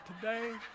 today